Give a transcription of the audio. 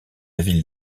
ville